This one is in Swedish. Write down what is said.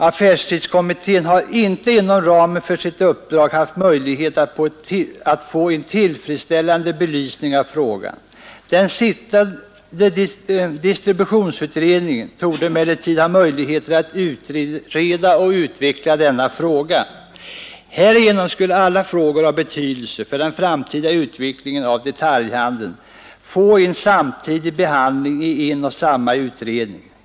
Affärstidskommittén har inte inom ramen för sitt uppdrag haft möjlighet att få en tillfredsställande belysning av den frågan. Den sittande distributionsutredningen torde emellertid ha förutsättningar att utreda och utveckla denna fråga. Härigenom skulle alla frågor av betydelse för den framtida utvecklingen av detaljhandeln få en samtidig behandling i en och samma utredning.